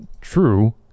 true